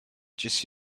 just